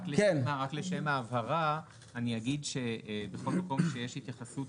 רק לשם ההבהרה אני אגיד שבכל מקום שיש התייחסות